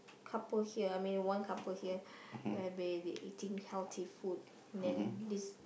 couple here I mean one couple here where they eating healthy food and then this